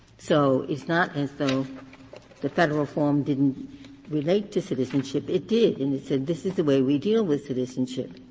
so it's not as though the federal form didn't relate to citizenship. it did. and it said this is the way we deal with citizenship.